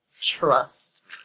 Trust